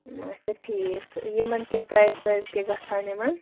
اچھا ٹھیٖک یِمَن کیٛاہ پرٛایِز وایز کیٛاہ گژھان یِمَن